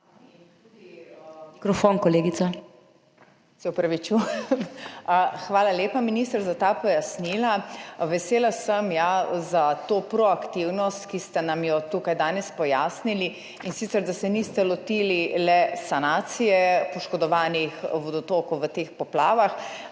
Se opravičujem. Hvala lepa, minister, za ta pojasnila. Vesela sem za to proaktivnost, ki ste nam jo tukaj danes pojasnili, in sicer da se niste lotili le sanacije poškodovanih vodotokov v teh poplavah,